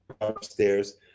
upstairs